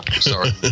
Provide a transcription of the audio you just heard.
Sorry